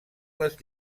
les